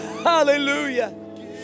Hallelujah